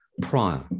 prior